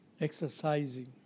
exercising